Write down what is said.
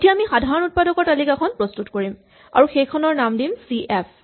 এতিয়া আমি সাধাৰণ উৎপাদকৰ তালিকাখন প্ৰস্তুত কৰিম আৰু সেইখনৰ নাম দিম চি এফ